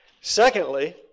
Secondly